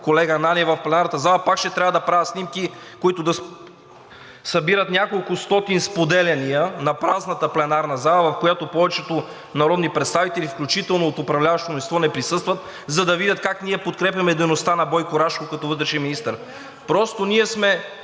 колега Ананиев, в пленарната зала, пак ще трябва да правя снимки, които да събират няколкостотин споделяния на празната пленарна зала, в която повечето народни представители, включително от управляващото мнозинство, не присъстват, за да видят как ние подкрепяме дейността на Бойко Рашков като вътрешен министър.